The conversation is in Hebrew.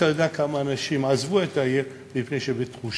אתה יודע כמה אנשים עזבו את העיר מפני שבתחושה,